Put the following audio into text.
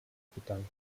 bedanken